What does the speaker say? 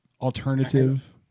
alternative